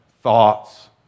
thoughts